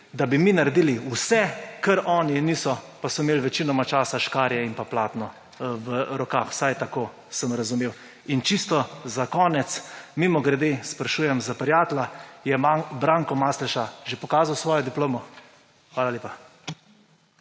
da bi mi naredili vse, kar oni niso, pa so imeli večinoma časa škarje in pa platno v rokah. Vsaj tako sem razumel. In čisto za konec mimogrede sprašujem za prijatelja: je Branko Masleša že pokazal svojo diplomo? Hvala lepa.